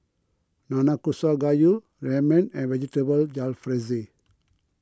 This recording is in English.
Nanakusa Gayu Ramen and Vegetable Jalfrezi